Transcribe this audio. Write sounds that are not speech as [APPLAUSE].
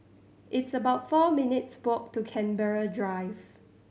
it's about four minutes' [UNINTELLIGIBLE] to Canberra Drive